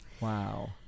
Wow